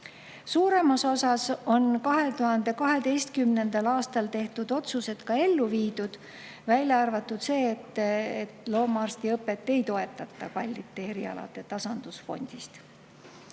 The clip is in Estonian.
Suuremas osas on 2012. aastal tehtud otsused ka ellu viidud, välja arvatud see, et loomaarstiõpet ei toetata kallite erialade tasandusfondist. Käesoleval